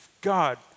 God